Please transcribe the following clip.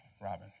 Robin